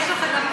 יש לך גם,